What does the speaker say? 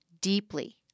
Deeply